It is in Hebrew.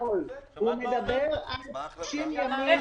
פשוט --- אני אגיש רוויזיה על הסעיף,